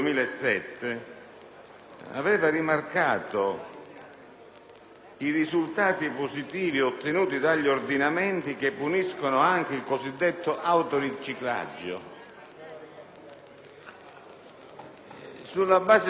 i risultati positivi ottenuti dagli ordinamenti che puniscono anche il cosiddetto autoriciclaggio. Tali considerazioni erano state